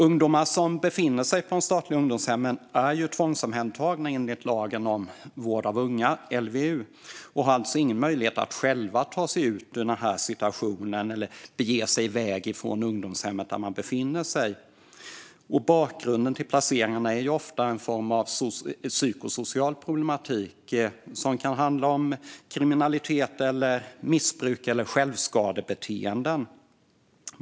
Ungdomar som befinner sig på de statliga ungdomshemmen är tvångsomhändertagna enligt lagen om vård av unga, LVU, och har alltså ingen möjlighet att själva ta sig ut ur situationen eller bege sig iväg från ungdomshemmet där de befinner sig. Bakgrunden till placeringarna är ofta en form av psykosocial problematik som kan handla om kriminalitet, missbruk eller självskadebeteende.